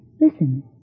Listen